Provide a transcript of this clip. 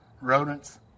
rodents